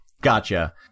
Gotcha